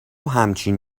همچین